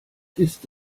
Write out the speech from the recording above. ist